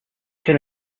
can